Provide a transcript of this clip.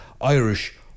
Irish